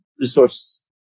resources